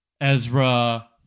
Ezra